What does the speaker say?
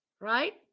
Right